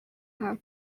are